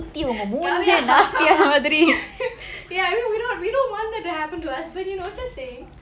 kaviya ya I mean we don't we don't want that to happen to us know but you know just saying